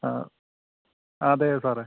അതേ സാറേ